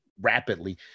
rapidly